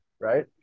right